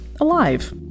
alive